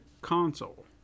console